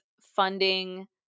funding